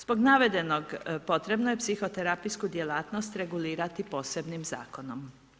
Zbog navedenog potrebno je psihoterapijsku djelatnost regulirati posebnim zakonom.